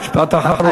משפט אחרון.